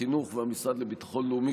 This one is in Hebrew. החינוך והמשרד לביטחון לאומי,